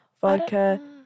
Vodka